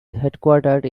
headquartered